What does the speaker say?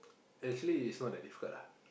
actually it's not that difficult lah